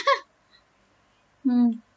mm